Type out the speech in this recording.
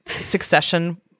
succession